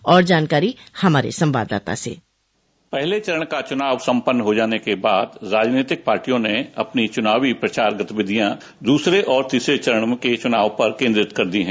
और जानकारी हमारे संवाददाता से पहले चरण का चुनाव सम्पन्न हो जाने के बाद राजनीतिक पार्टियों ने अपनी चुनावी प्रचार गतिविधियां दूसरे और तीसरे चरण के चुनाव पर केन्द्रित कर दी है